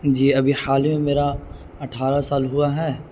جی ابھی حال ہی میں میرا اٹھارہ سال ہوا ہے